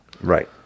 right